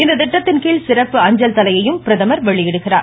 இந்த திட்டத்தின்கீழ் சிறப்பு அஞ்சல் தலையையும் பிரதமர் வெளியிடுகிறார்